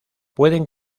pueden